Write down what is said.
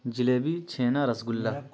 جلیبی چھینا رس گلہ